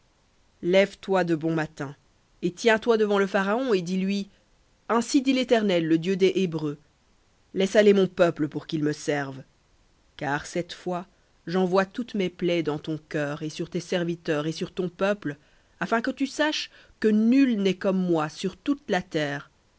lève-toi de bon matin et tiens-toi devant le pharaon et dis-lui ainsi dit l'éternel le dieu des hébreux laisse aller mon peuple pour qu'ils me servent car cette fois j'envoie toutes mes plaies dans ton cœur et sur tes serviteurs et sur ton peuple afin que tu saches que nul n'est comme moi sur toute la terre